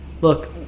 Look